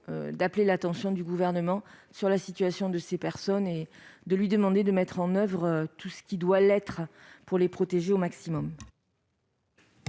d'appeler l'attention du Gouvernement sur la situation de ces personnes et de lui demander de faire en sorte que tout soit mis en oeuvre pour les protéger au maximum.